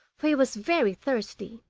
for he was very thirsty.